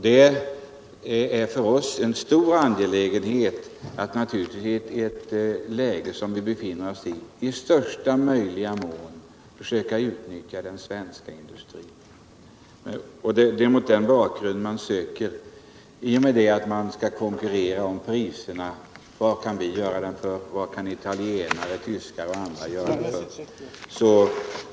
Det är för oss mycket angeläget att i ett läge som det vi nu befinner oss i försöka utnyttja den svenska industrin i största möjliga utsträckning. I och med att man skall konkurrera om priserna frågar vi oss när det gäller inköp av t.ex. vagnar: Vad kan vi göra dem för här i Sverige? Vad kan italienare, tyskar och andra göra dem för?